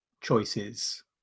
choices